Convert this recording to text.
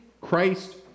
Christ